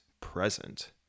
present